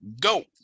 go